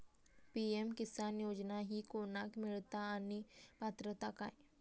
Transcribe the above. PM Kisan योजना ही कोणाक मिळता आणि पात्रता काय?